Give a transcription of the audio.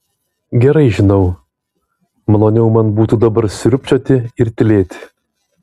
gerai žinau maloniau man būtų dabar sriubčioti ir tylėti